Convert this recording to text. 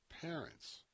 parents